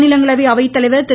மாநிலங்களவை அவைத்தலைவர் திரு